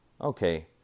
Okay